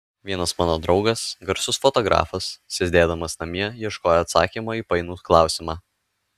vienas mano draugas garsus fotografas sėdėdamas namie ieškojo atsakymo į painų klausimą